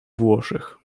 włoszech